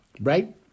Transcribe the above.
right